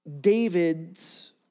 David's